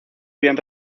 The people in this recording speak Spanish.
bien